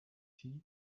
tea